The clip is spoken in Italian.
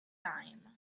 time